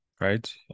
right